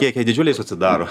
kiekiai didžiuliai susidaro